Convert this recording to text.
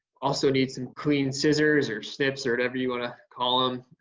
also needs some clean scissors or snips or whatever you want to call um